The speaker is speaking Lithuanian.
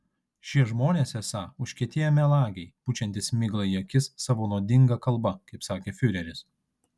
šie žmonės esą užkietėję melagiai pučiantys miglą į akis savo nuodinga kalba kaip sakė fiureris